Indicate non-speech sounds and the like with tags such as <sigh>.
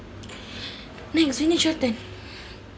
<breath> next vinesh your turn